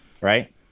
Right